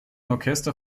orchester